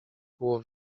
było